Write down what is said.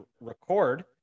record